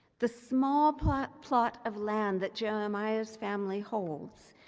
the small plot plot of land that jeremiah's family holds,